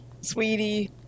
sweetie